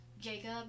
Jacob